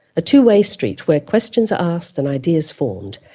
a two-way street where questions are asked and ideas formed,